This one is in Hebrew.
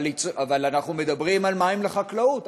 אבל אנחנו מדברים על מים לחקלאות,